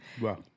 Wow